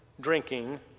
drinking